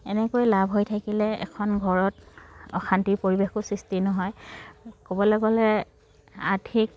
এনেকৈ লাভ হৈ থাকিলে এখন ঘৰত অশান্তিৰ পৰিৱেশো সৃষ্টি নহয় ক'বলৈ গ'লে আৰ্থিক